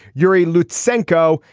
you're a loose sancho.